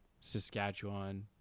Saskatchewan